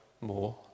more